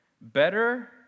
Better